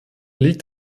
liegt